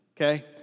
okay